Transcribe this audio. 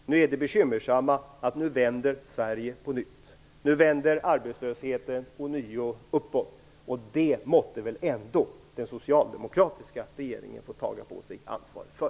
Det bekymmersamma är att utvecklingen i Sverige nu vänder på nytt. Arbetslösheten vänder ånyo uppåt. Det måtte väl ändå den socialdemokratiska regeringen få ta på sig ansvaret för!